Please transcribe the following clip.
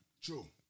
True